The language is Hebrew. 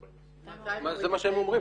245. זה מה שהם אומרים,